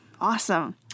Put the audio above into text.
Awesome